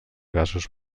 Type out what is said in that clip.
gasos